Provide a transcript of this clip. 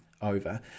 over